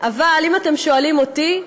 אבל אם אתם שואלים אותי,